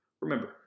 Remember